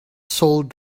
sold